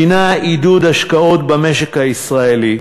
הנה עידוד השקעות במשק הישראלי,